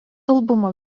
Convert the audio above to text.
albumo